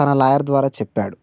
తన లాయర్ ద్వారా చెప్పాడు